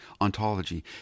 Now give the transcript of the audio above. ontology